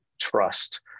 trust